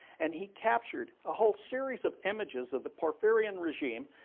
and he captured a whole series of images of the porfirian regime,